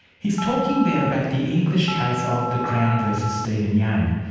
he's talking there about the english case of the crown v stephen young,